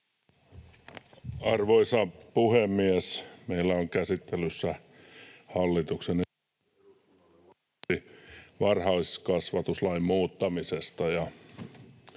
Arvoisa puhemies! Meillä on käsittelyssä hallituksen esitys laiksi varhaiskasvatuslain muuttamisesta,